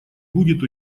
будет